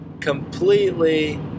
completely